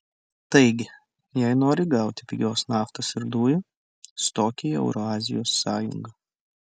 taigi jei nori gauti pigios naftos ir dujų stok į eurazijos sąjungą